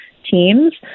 teams